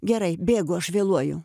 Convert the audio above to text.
gerai bėgu aš vėluoju